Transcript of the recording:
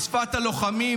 בשפת הלוחמים,